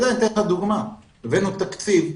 אתן לך דוגמה, הבאנו תקציב,